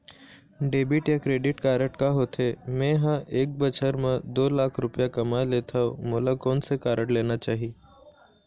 Debit या credit card का होथे, मे ह एक बछर म दो लाख रुपया कमा लेथव मोला कोन से कारड लेना चाही?